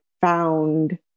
found